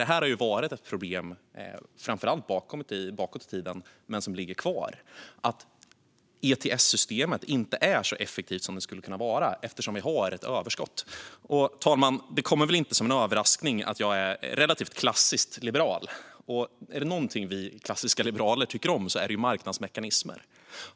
Det har varit ett problem bakåt i tiden, men det finns kvar. ETS är inte så effektivt som det skulle kunna vara eftersom det finns ett överskott. Fru talman! Det kommer väl inte som en överraskning att jag är relativt klassiskt liberal. Om det är något vi klassiska liberaler tycker om är det marknadsmekanismer.